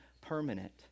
permanent